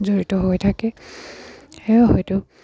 জড়িত হৈ থাকে সেয়ে হয়তো